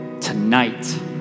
tonight